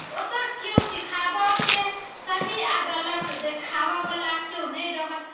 ओतय किओ सिखाबयके सही आ गलत देखाबयवला किओ नहि रहत